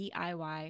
DIY